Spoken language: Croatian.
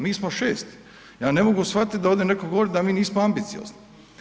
Mi smo 6., ja ne mogu shvatiti da ovdje neko govori da mi nismo ambiciozni.